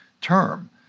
term